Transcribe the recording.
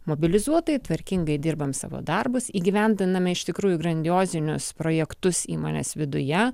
mobilizuotai tvarkingai dirbam savo darbus įgyvendiname iš tikrųjų grandiozinius projektus įmonės viduje